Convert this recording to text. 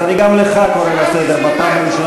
אז גם לך אני קורא לסדר בפעם הראשונה.